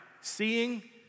seeing